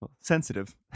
sensitive